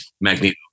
Magneto